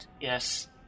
Yes